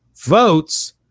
votes